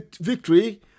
victory